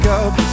up